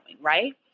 right